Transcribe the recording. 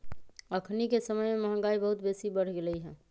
अखनिके समय में महंगाई बहुत बेशी बढ़ गेल हइ